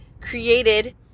created